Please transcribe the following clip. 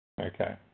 Okay